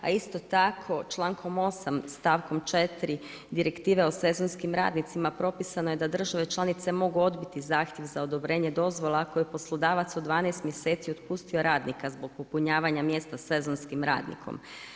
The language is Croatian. A isto tako člankom 8. stavkom 4. direktive o sezonskim radnicima propisano je da države članice mogu odbiti zahtjev za odobrenje dozvola ako je poslodavac u 12 mjeseci otpustio radnika zbog popunjavanja mjesta sezonskim radnikom.